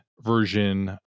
version